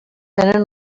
tenen